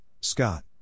Scott